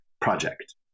project